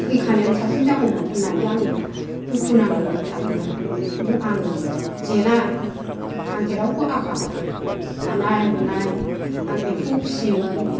थैखानायानो साबसिन जागौमोन होननानै आङो दुखु नांनानै थादों आरो खिन्थु आङो जेना आं जेरावबो आखा फाखाखा दानाय लुनाय आं एम्फौ फिसियोमोन